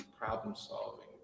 problem-solving